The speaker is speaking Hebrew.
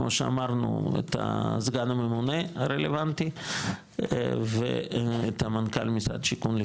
כמו שאמרנו את הסגן הממונה הרלוונטי ואת מנכ"ל משרד השיכון,